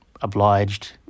obliged